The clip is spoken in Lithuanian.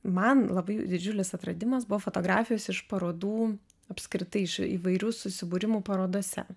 man labai didžiulis atradimas buvo fotografijos iš parodų apskritai iš įvairių susibūrimų parodose